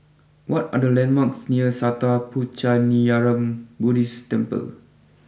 what are the landmarks near Sattha Puchaniyaram Buddhist Temple